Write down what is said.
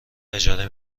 اجاره